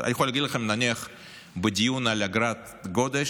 אני יכול להגיד לכם שבדיון על אגרת גודש